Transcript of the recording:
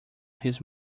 his